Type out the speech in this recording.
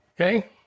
Okay